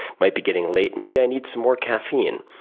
might be getting late. maybe i need some more caffeine.